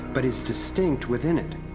but is distinct within it,